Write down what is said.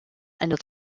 einer